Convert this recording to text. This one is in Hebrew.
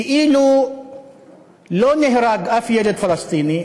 כאילו לא נהרג אף ילד פלסטיני,